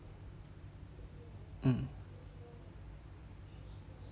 mm